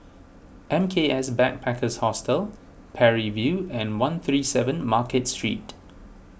M K S Backpackers Hostel Parry View and one three seven Market Street